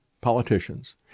politicians